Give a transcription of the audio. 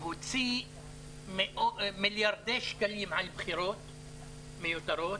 להוציא מיליארדי שקלים על בחירות מיותרות,